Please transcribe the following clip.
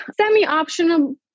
Semi-optional